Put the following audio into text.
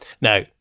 Now